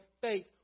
faith